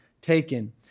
taken